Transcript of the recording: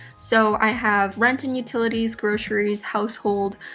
so i have rent and utilities, groceries, household,